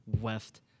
west